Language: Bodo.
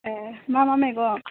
ए मा मा मैगं